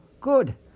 good